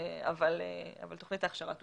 אבל תוכנית ההכשרה תוכר.